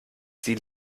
sie